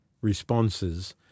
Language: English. responses